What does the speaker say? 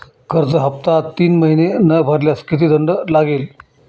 कर्ज हफ्ता तीन महिने न भरल्यास किती दंड लागेल?